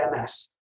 MS